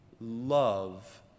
love